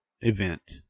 event